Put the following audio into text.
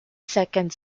second